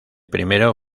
primero